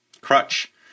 crutch